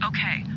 Okay